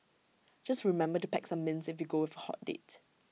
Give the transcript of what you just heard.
just remember to pack some mints if you go with A hot date